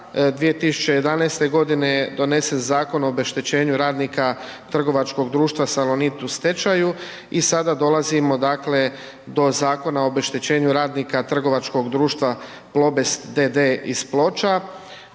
2011.g. je donesen Zakon o obeštećenju radnika trgovačkog društva Salonit u stečaju i sada dolazimo dakle do Zakona o obeštećenju radnika trgovačkog društva Plobest d.d. iz Ploča.